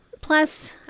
plus